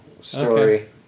story